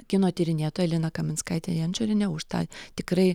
kino tyrinėtoja lina kaminskaitė jančorienė už tą tikrai